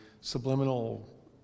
subliminal